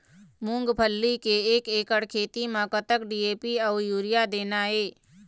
मूंगफली के एक एकड़ खेती म कतक डी.ए.पी अउ यूरिया देना ये?